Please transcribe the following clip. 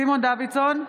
סימון דוידסון,